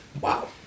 wow